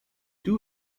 two